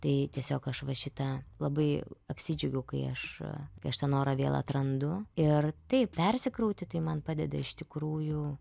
tai tiesiog aš va šitą labai apsidžiaugiu kai aš kai aš tą norą vėl atrandu ir taip persikrauti tai man padeda iš tikrųjų